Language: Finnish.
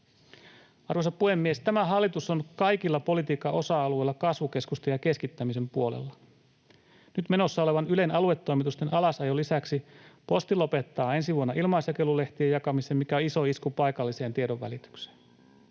Arvoisa puhemies! Tämä hallitus on kaikilla politiikan osa-alueilla kasvukeskusten ja keskittämisen puolella. Nyt menossa olevan Ylen aluetoimitusten alasajon lisäksi Posti lopettaa ensi vuonna ilmaisjakelulehtien jakamisen, mikä on iso isku paikalliseen tiedonvälitykseen.